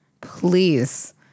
please